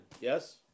Yes